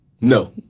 No